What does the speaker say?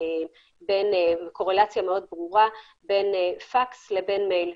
קורלציה ברורה בין פקס למייל.